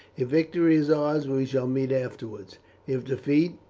if victory is ours, we shall meet afterwards if defeat,